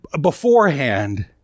beforehand